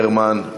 גרמן,